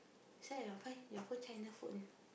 that's why your phone your phone China phone